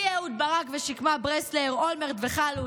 בלי אהוד ברק ושקמה ברסלר, אולמרט וחלוץ.